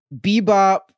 bebop